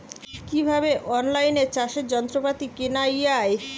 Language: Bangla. কিভাবে অন লাইনে চাষের যন্ত্রপাতি কেনা য়ায়?